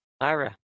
Ira